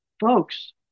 Folks